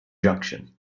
junction